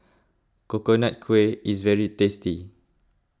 Coconut Kuih is very tasty